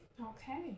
Okay